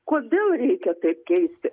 kodėl reikia tai keisti